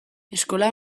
eskola